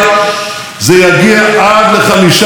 אף אחד לפנינו לא עשה את זה.